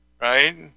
right